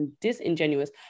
disingenuous